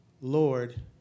Lord